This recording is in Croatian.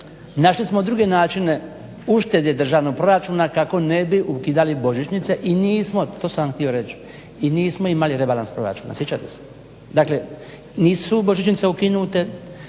našli smo druge načine uštede državnog proračuna kako ne bi ukidali božićnice i nismo to sam vam htio reći i nismo imali rebalans proračuna sjećate se. Dakle, nisu božićnice ukinute,